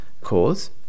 cause